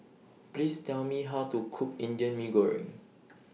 Please Tell Me How to Cook Indian Mee Goreng